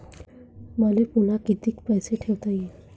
मले पुन्हा कितीक पैसे ठेवता येईन?